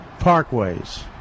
parkways